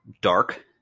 dark